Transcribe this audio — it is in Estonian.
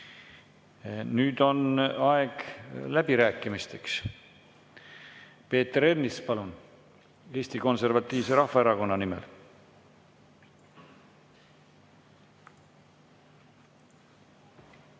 Nüüd on aeg läbirääkimisteks. Peeter Ernits, palun, Eesti Konservatiivse Rahvaerakonna nimel.